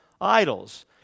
idols